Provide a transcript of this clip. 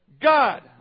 God